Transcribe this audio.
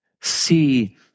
See